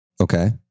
Okay